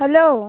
hello